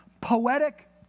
poetic